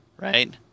right